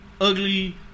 ugly